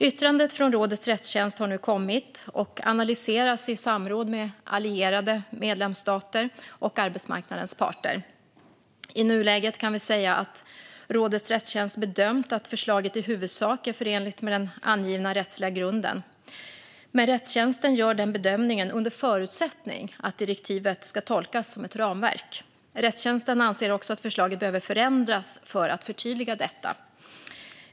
Yttrandet från rådets rättstjänst har nu kommit och analyseras i samråd med allierade medlemsstater och arbetsmarknadens parter. I nuläget kan vi säga att rådets rättstjänst bedömt att förslaget i huvudsak är förenligt med den angivna rättsliga grunden. Men rättstjänsten gör den bedömningen under förutsättning att direktivet ska tolkas som ett ramverk. Rättstjänsten anser också att förslaget behöver förändras för att förtydliga detta.